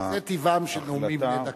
ההחלטה, זה טיבם של נאומים בני דקה.